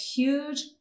Huge